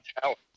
talent